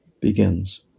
begins